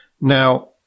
Now